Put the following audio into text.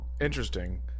Interesting